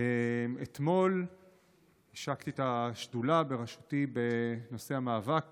אתמול השקתי את השדולה בראשותי בנושא המאבק